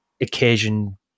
occasion